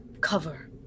cover